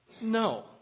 no